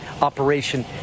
Operation